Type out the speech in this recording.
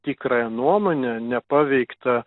tikrąją nuomonę nepaveiktą